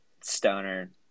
stoner